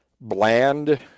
bland